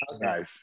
Nice